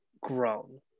grown